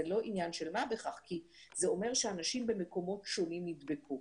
זה לא עניין של מה בכך כי זה אומר שאנשים במקומות שונים נבדקו.